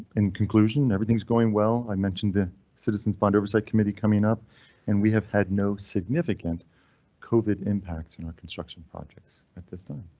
in conclusion, and everything is going well. i mentioned the citizens bond oversight committee coming up and we have had no significant covid impacts in our construction projects at this time.